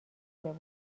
بود